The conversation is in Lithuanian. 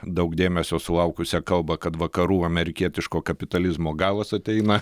daug dėmesio sulaukusią kalbą kad vakarų amerikietiško kapitalizmo galas ateina